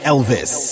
Elvis